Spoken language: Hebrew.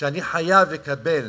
שאני חייב לקבל